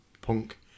Punk